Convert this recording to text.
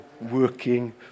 working